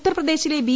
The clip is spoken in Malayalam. ഉത്തർപ്രദേശിലെ ബി